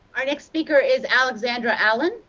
our next speaker is alexander allen.